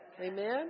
amen